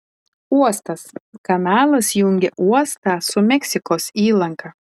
uostas kanalas jungia uostą su meksikos įlanka